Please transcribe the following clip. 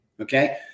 okay